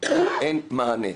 אין מענה.